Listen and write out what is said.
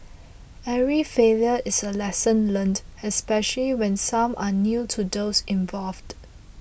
every failure is a lesson learnt especially when some are new to those involved